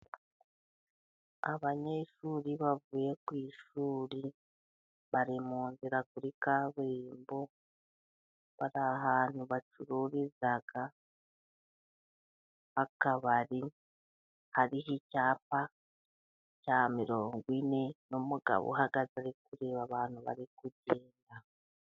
Abanyeshuri bavuye ku ishuri bari mu nzira kuri kaburimbo ,bari ahantu bacururiza akabari hariho icyapa cya mirongo ine, n'umugabo uhagaze ari kureba abantu bari kugenda.